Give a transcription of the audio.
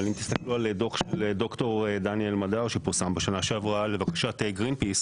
אבל אם תסתכלו על דוח של ד"ר דני אלמדר שפורסם בשנה שעברה לבקשת גרינפיס